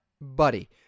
Buddy